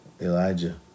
Elijah